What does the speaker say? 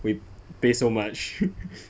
we pay so much